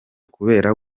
kubera